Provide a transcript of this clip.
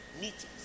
meetings